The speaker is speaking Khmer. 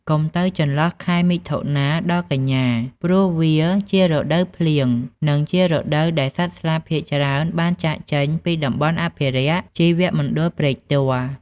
កុំទៅនៅចន្លោះខែមិថុនាដល់កញ្ញា ព្រោះជារដូវភ្លៀង និងជារដូវដែលសត្វស្លាបភាគច្រើនបានចាកចេញពីតំបន់អភិរក្សជីវមណ្ឌលព្រែកទាល់។